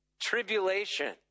tribulation